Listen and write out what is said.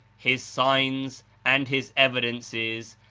his signs and his evidences,